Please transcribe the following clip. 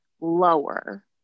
lower